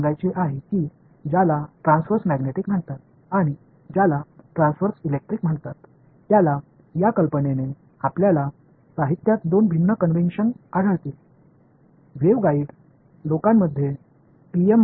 இப்போது ஒரு விஷயம் ட்ரான்ஸ்வெர்ஸ் மேக்னெட்டிக் மற்றும் ட்ரான்ஸ்வெர்ஸ் எலக்ட்ரிக் என்று அழைக்கப்படும் இந்த யோசனையை நான் எச்சரிக்க விரும்புகிறேன் நீங்கள் பாடங்களில் இரண்டு வெவ்வேறு மரபுகளைக் காண்பீர்கள்